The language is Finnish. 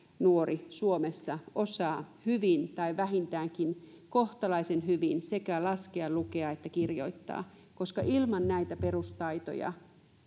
nuori suomessa osaa hyvin tai vähintäänkin kohtalaisen hyvin sekä laskea lukea että kirjoittaa koska ilman näitä perustaitoja